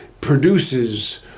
produces